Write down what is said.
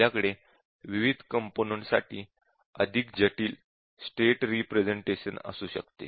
आपल्याकडे विविध कम्पोनन्ट साठी अधिक जटिल स्टेट रेप्रज़ेन्टैशन असू शकते